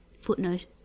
footnote